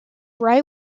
rye